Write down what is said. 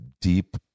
Deep